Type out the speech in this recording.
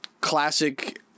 classic